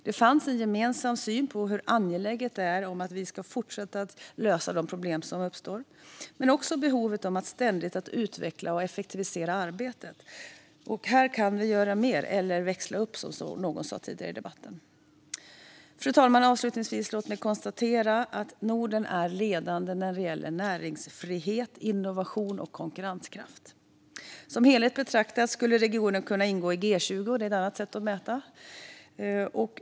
Det finns en gemensam syn på hur angeläget det är att fortsätta lösa de problem som uppstår och på behovet av att ständigt utveckla och effektivisera arbetet. Här kan vi göra mer eller växla upp, som någon sa tidigare i debatten. Fru talman! Låt mig avslutningsvis konstatera att Norden är ledande när det gäller näringsfrihet, innovation och konkurrenskraft. Som helhet betraktad skulle regionen kunna ingå i G20, vilket är ett annat sätt att mäta.